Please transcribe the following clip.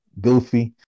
Goofy